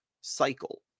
cycle